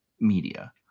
media